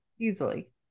Easily